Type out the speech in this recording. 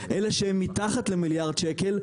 אלה שהן מתחת למיליארד שקל,